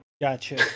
Gotcha